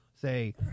Say